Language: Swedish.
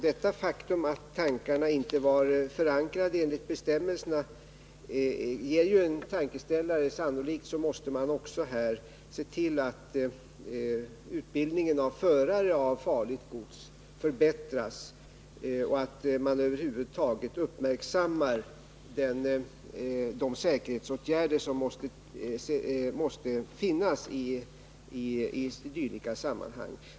Det faktum att dessa behållare inte var förankrade enligt bestämmelserna utgör en tankeställare. Sannolikt måste man också se till att utbildningen av förare av bil med farligt gods förbättras och att man över huvud taget uppmärksammar de säkerhetsåtgärder som måste till i dylika sammanhang.